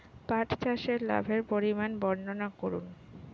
পাঠ চাষের লাভের পরিমান বর্ননা করুন?